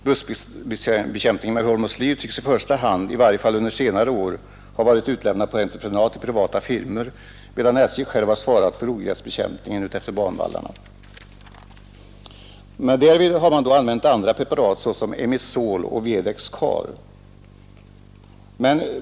Buskbekämpningen med hormoslyr tycks, i varje fall under senare år, mest ha varit utlämnad på entreprenad till privata firmor, medan SJ självt svarat för ogräsbekämpningen utefter banvallarna. Därvid har SJ använt andra preparat, såsom Emisol och Veedex Kar.